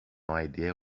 idea